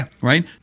right